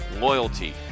loyalty